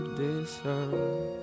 deserve